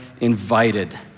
invited